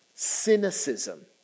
cynicism